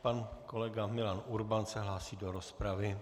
Pan kolega Milan Urban se hlásí do rozpravy.